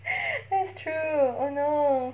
that's true oh no